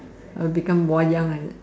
uh become wayang is it